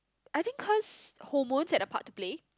I think cause hormones had a part to play